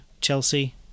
Chelsea